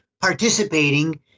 participating